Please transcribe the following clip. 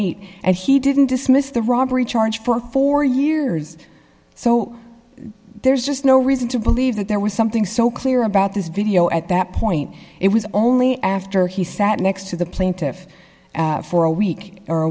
eight and he didn't dismiss the robbery charge for four years so there's just no reason to believe that there was something so clear about this video at that point it was only after he sat next to the plaintive for a week or a